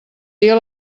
dia